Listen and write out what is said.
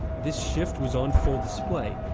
this shift was on full display,